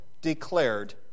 declared